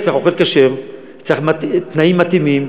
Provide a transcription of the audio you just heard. לכן צריך אוכל כשר, צריך תנאים מתאימים,